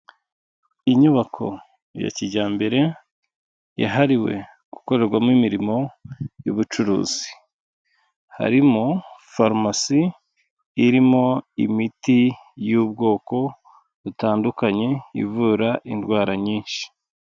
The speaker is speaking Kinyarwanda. Inyubako ya kijyambere yahariwe gukorerwamo imirimo y'ubucuruzi. Harimo farumasi irimo imiti y'ubwoko butandukanye ivura indwara nyinshi.